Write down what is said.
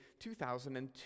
2002